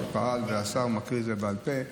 שפעל ועשה ומכיר את זה בעל פה,